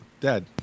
dead